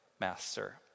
master